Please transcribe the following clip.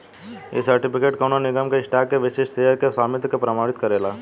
इ सर्टिफिकेट कवनो निगम के स्टॉक के विशिष्ट शेयर के स्वामित्व के प्रमाणित करेला